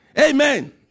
Amen